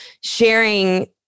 sharing